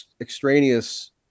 extraneous